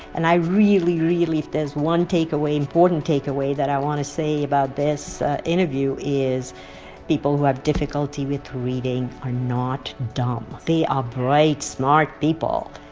and i really, really if there's one takeaway, important takeaway that i want to say about this interview is people who have difficulty with reading are not dumb. they are bright, smart people.